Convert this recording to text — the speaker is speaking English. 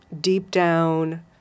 deep-down